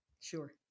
Sure